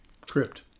crypt